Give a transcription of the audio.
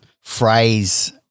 phrase